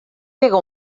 pega